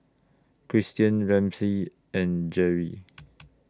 Christian Ramsey and Jerri